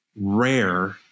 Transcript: rare